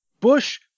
Bush